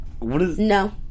No